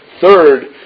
Third